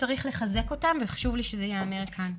וצריך לחזק אותם, וחשוב לי שזה ייאמר כאן.